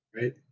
right